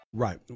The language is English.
Right